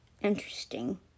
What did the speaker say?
Interesting